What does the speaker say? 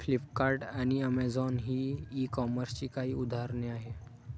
Flipkart आणि Amazon ही e कॉमर्सची काही उदाहरणे आहे